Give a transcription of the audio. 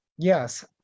yes